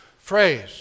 phrase